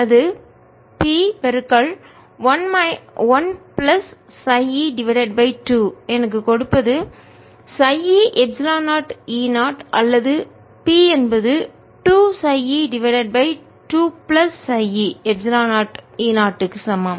அது p 1 plus χ e divided by 2 எனக்கு கொடுப்பதுχ e எப்சிலன் 0 E0 அல்லது P என்பது 2 χ e divided by 2 plus χ e epsilon 0 E0 க்கு சமம்